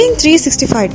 365